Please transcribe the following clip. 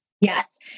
Yes